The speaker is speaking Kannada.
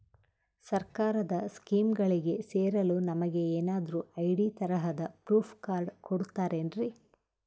ಸರ್ಕಾರದ ಸ್ಕೀಮ್ಗಳಿಗೆ ಸೇರಲು ನಮಗೆ ಏನಾದ್ರು ಐ.ಡಿ ತರಹದ ಪ್ರೂಫ್ ಕಾರ್ಡ್ ಕೊಡುತ್ತಾರೆನ್ರಿ?